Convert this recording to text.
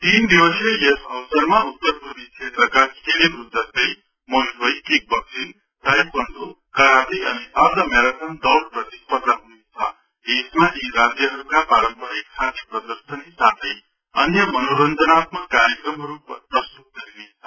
तीन दिवसिय यस उत्सवमा उत्तरपूर्वी क्षेत्रको खेलहरू जस्तै Muay Thai kick boxing taekwondo karate अनि अर्घ म्याराथन दौड़ प्रतिस्पर्धा हुनेछ भने यसमा यी राज्यहरूका पारम्परिक खाध्य प्रदर्शन साथै अन्य मनोरञ्जनात्मक कार्यक्रमहरू प्रस्तुत गरिनेछ